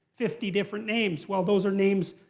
fifty different names. well, those are names,